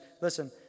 Listen